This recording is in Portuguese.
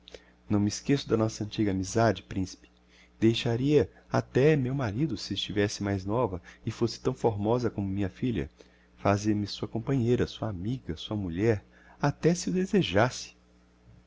não me esqueço da nossa antiga amizade principe deixaria até meu marido se estivesse mais nova e fosse tão formosa como minha filha fazia-me sua companheira sua amiga sua mulher até se o desejasse